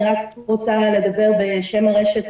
אני רק רוצה לדבר בשם הרשת,